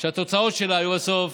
שהתוצאות שלה היו בסוף,